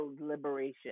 liberation